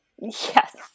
yes